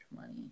money